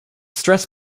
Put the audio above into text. stress